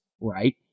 right